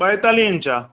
ॿाएतालीह इंच आहे